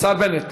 השר בנט.